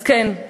אז כן,